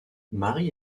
marie